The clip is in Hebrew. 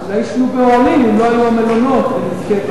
אולי יישנו באוהלים, אם לא יהיו המלונות, אם נזכה,